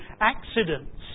accidents